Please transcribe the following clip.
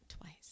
Twice